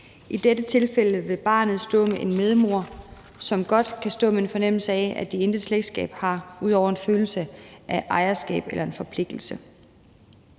I dette tilfælde vil barnet stå med en medmor, som godt kan stå med en fornemmelse af, at de intet slægtskab har, ud over en følelse af ejerskab eller forpligtelse.